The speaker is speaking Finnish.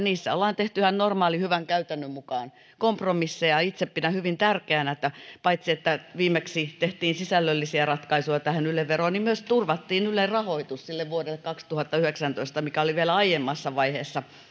niissä ollaan tehty ihan normaalin hyvän käytännön mukaan kompromisseja itse pidän hyvin tärkeänä sitä että paitsi että viimeksi tehtiin sisällöllisiä ratkaisuja tähän yle veroon myös turvattiin ylen rahoitus vuodelle kaksituhattayhdeksäntoista mikä oli vielä aiemmassa vaiheessa